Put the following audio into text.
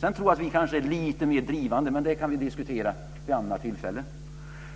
Sedan tror jag att vi är lite mer drivande, men det kan vi diskutera vid annat tillfälle.